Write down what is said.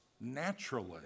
naturally